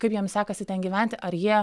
kaip jiem sekasi ten gyventi ar jie